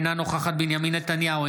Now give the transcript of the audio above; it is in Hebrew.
אינה נוכחת בנימין נתניהו,